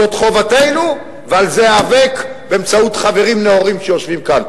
זאת חובתנו ועל זה איאבק באמצעות חברים נאורים שיושבים כאן.